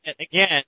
Again